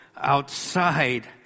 outside